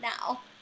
now